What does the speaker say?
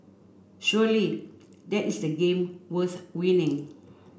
surely that is the game worth winning